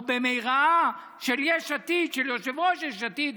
או במרעה, של יש עתיד, של יושב-ראש יש עתיד.